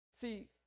See